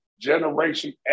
Generation